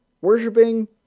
Worshipping